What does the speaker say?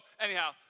anyhow